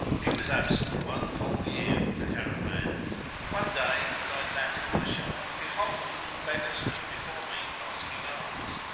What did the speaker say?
he was absent one whole year with the caravan but one day as i sat in my shop, behold, a beggar stood before me asking alms,